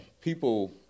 People